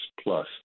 plus